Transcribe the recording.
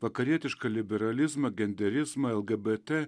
vakarietišką liberalizmą genderizmą lgbt